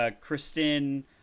Kristen